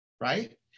right